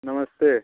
नमस्ते